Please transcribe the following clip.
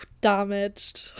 Damaged